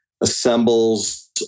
assembles